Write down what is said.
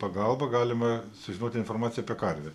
pagalba galima sužinoti informaciją apie karvę